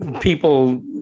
people